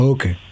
Okay